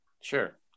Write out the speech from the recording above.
sure